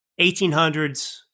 1800s